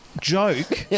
joke